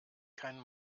kein